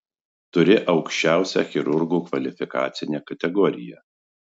turi aukščiausią chirurgo kvalifikacinę kategoriją